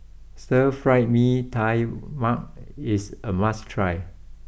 Stir Fried Mee Tai Mak is a must try